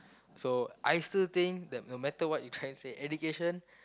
so I still think that no matter what you trying to say education